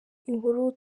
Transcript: inkuru